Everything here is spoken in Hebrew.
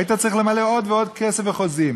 היית צריך למלא עוד ועוד כסף וחוזים.